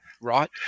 right